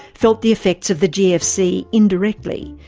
felt the effects of the gfc indirectly.